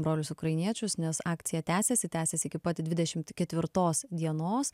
brolius ukrainiečius nes akcija tęsiasi tęsiasi iki pat dvidešim ketvirtos dienos